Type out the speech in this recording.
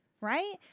Right